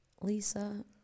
Lisa